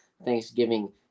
thanksgiving